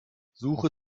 suche